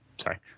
sorry